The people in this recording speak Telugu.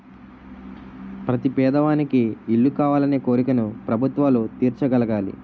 ప్రతి పేదవానికి ఇల్లు కావాలనే కోరికను ప్రభుత్వాలు తీర్చగలగాలి